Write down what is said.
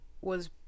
was-